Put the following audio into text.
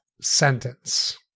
sentence